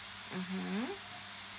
mmhmm